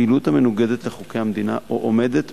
פעילות המנוגדת לחוקי המדינה או עומדת